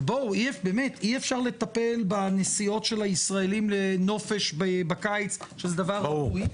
אבל אי אפשר לטפל בנסיעות של הישראלים לנופש בקיץ שזה דבר ראוי.